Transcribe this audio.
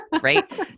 right